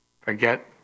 forget